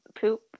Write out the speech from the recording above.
poop